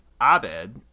Abed